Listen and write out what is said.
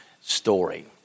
story